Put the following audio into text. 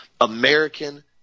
american